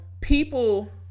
people